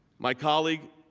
my colleague,